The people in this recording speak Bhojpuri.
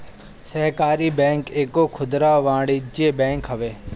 सहकारी बैंक एगो खुदरा वाणिज्यिक बैंक हवे